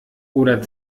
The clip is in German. oder